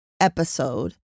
episode